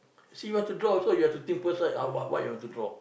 see you what to draw also you have to think first right uh what what you want to draw